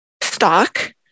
stock